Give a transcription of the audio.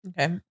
okay